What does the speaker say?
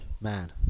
man